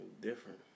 Different